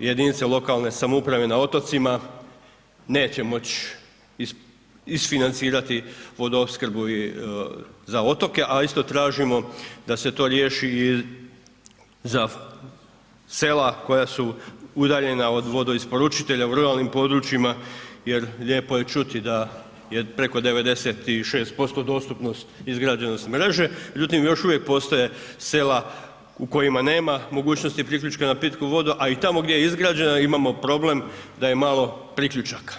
jedinice lokalne samouprave na otocima neće moći isfinancirati vodoopskrbu i za otoke, a isto tražimo da se to riješi za sela koja su udaljena od vodoisporučitelja u ruralnim područjima, jer lijepo je čuti da je preko 96% dostupnost, izgrađenost mreže, međutim još uvijek postoje sela u kojima nema mogućnosti priključka na pitku vodu, a i tamo gdje je izgrađena imamo problem da je malo priključaka.